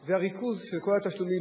זה הריכוז של כל התשלומים.